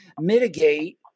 mitigate